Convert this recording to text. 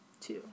Two